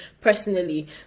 personally